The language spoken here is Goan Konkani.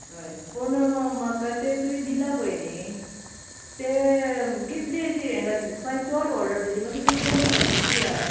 हय पूण म्हाका तें तुयें दिला पय न्ही तें कितलें अशें ये घेतले तुका हांये चड ऑर्डर दिल्ली मात्शें तुयेन चड घातले कित्याक